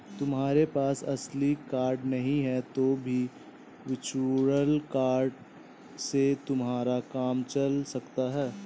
तुम्हारे पास असली कार्ड नहीं है तो भी वर्चुअल कार्ड से तुम्हारा काम चल सकता है